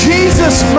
Jesus